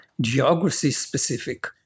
geography-specific